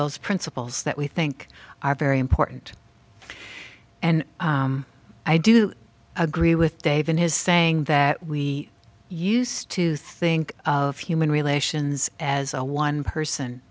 those principles that we think are very important and i do agree with dave in his saying that we used to think of human relations as a one person